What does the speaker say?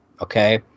okay